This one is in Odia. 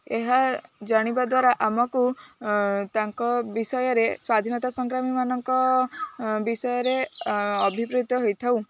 ଏହା ଜାଣିବା ଦ୍ୱାରା ଆମକୁ ତାଙ୍କ ବିଷୟରେ ସ୍ଵାଧୀନତା ସଂକ୍ରାମୀମାନଙ୍କ ବିଷୟରେ ହୋଇଥାଉ